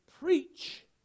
preach